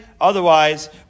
Otherwise